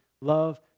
love